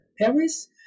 Paris